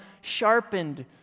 sharpened